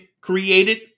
created